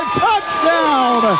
touchdown